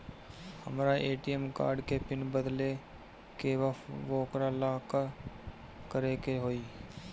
हमरा ATM card के PIN बदले के बा वोकरा ला का करे के होई?